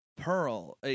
Pearl